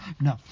No